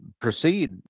proceed